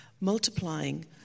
multiplying